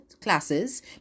classes